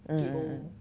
mm